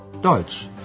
Deutsch